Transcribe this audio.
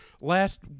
last